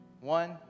One